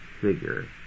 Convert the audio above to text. figure